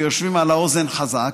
ויושבים על האוזן חזק,